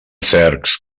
cercs